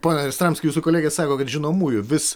pone jastramski jūsų kolegė sako kad žinomųjų vis